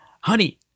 honey